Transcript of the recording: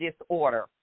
disorder